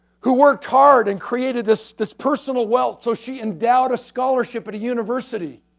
who worked hard and created this this personal wealth, so she endowed a scholarship at a university,